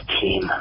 team